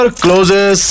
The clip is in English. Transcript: closes